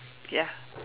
ya